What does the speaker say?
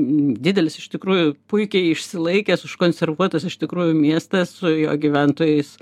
didelis iš tikrųjų puikiai išsilaikęs užkonservuotas iš tikrųjų miestas su jo gyventojais